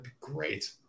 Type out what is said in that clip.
great